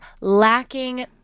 lacking